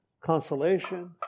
consolation